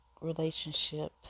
relationship